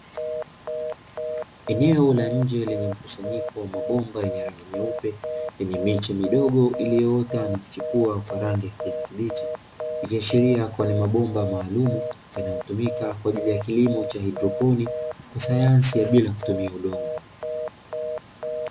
Eneo la nje lenye mkusanyiko wa mabomba yenye rangi nyeupe yenye miche midogo iliyoyota na kuchipua kwa rangi ya kijani kibichi, ikiashiria kuwa ni mabomba maalumu yanayotumika kwa ajili ya kilimo cha haidroponi kwa sayansi ya bila kutumia udongo.